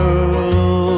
Girl